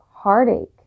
heartache